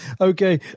Okay